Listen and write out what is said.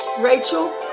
Rachel